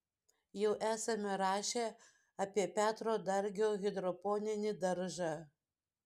jau esame rašę apie petro dargio hidroponinį daržą